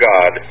God